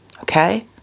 okay